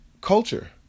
culture